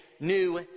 new